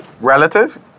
Relative